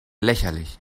lächerlich